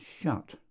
shut